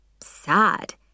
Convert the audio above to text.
Sad